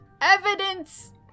Evidence